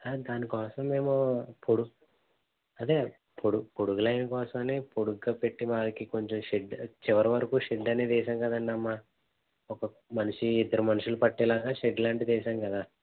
దాని కోసం మేము పొడు అదే పొడుగు పొడుగు లైన్ కోసమనే పొడుగ్గా పెట్టి వారికి కొంచం షెడ్ చివరి వరకు షెడ్ అనేది వేసాము కదండీ అమ్మా ఒక మనిషి ఇద్దరు మనుషులు పట్టేలాగా షెడ్ లాంటిది వేసాము కదా